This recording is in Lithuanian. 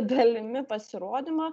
dalimi pasirodymo